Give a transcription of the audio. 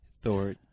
Thor